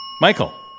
Michael